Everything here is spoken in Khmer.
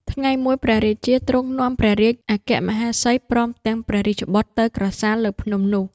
ថ្ងៃមួយ ព្រះរាជាទ្រង់នាំព្រះរាជអគ្គមហេសី ព្រមទាំងព្រះរាជបុត្រទៅក្រសាលលើភ្នំនោះ។